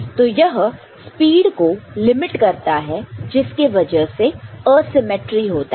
तो यह स्पीड को लिमिट करता है जिसके वजह से असिमेट्री होता है